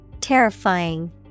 Terrifying